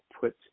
put